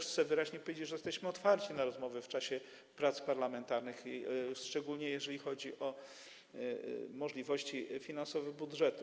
Chcę wyraźnie powiedzieć, że jesteśmy otwarci na rozmowy w czasie prac parlamentarnych, szczególnie jeżeli chodzi o możliwości finansowe budżetu.